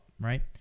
right